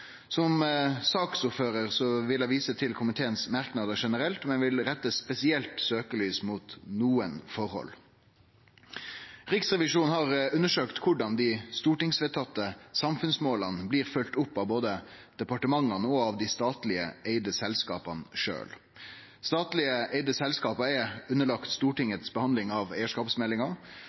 Som saksordførar vil eg vise til komitémerknadene generelt, men vil rette eit spesielt søkjelys mot nokre forhold. Riksrevisjonen har undersøkt korleis dei stortingsvedtatte samfunnsmåla blir følgde opp av både departementa og dei statleg eigde selskapa sjølve. Statleg eigde selskap er underlagde Stortingets behandling av eigarskapsmeldinga.